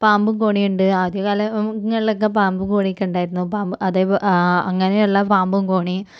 പാമ്പും കോണിയുമുണ്ട് ആദ്യകാലങ്ങളിലൊക്കെ പാമ്പും കോണീമൊക്കെ ഉണ്ടായിരുന്നു പാമ്പ് അതേ ആ അങ്ങനെയുള്ള പാമ്പും കോണി